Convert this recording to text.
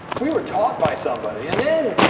we were taught by somebody. and then,